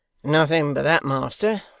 nothing but that, master.